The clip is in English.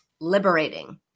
liberating